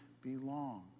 belong